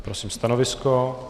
Prosím stanovisko?